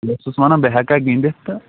بہٕ اوسُس وَنان بہٕ ہٮ۪کہ گِنٛدِتھ